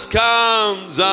comes